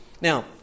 Now